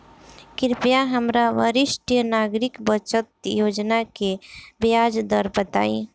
कृपया हमरा वरिष्ठ नागरिक बचत योजना के ब्याज दर बताई